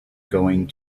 going